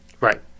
Right